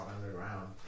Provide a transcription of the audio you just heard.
underground